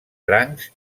crancs